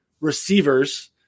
receivers